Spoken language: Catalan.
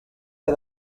que